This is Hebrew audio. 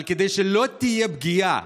אבל כדי שלא תהיה פגיעה